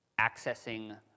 accessing